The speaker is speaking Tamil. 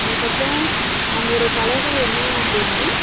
அதுக்கப்புறம் அவங்களுடைய கலைகள் என்ன அப்படின்னா